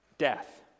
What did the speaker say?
death